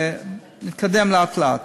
נתקדם לאט-לאט.